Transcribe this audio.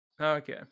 Okay